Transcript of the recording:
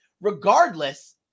regardless